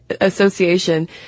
Association